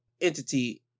entity